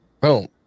Boom